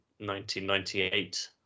1998